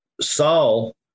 Saul